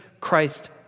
Christ